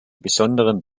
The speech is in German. besonderen